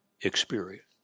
experience